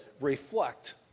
reflect